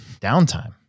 downtime